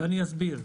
ואני אסביר.